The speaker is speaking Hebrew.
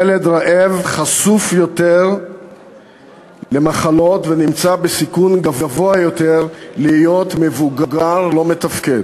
ילד רעב חשוף יותר למחלות ונמצא בסיכון גבוה יותר להיות מבוגר לא מתפקד.